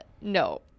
no